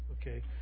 Okay